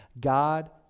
God